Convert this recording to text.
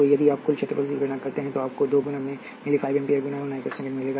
तो यदि आप कुल क्षेत्रफल की गणना करते हैं तो आपको 2 गुना 5 मिली एम्पीयर गुणा 1 माइक्रो सेकेंड मिलेगा